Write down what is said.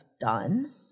done